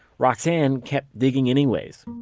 roxane kept digging anyways.